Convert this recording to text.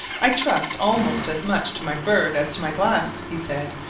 i trust almost as much to my bird as to my glass, he said,